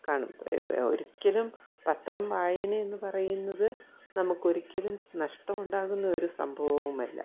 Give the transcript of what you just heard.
കാണും ഒരിയ്ക്കലും പത്രം വായന എന്നു പറയുന്നത് നമുക്ക് ഒരിക്കലും നഷ്ടമുണ്ടാകുന്ന ഒരു സംഭവമല്ല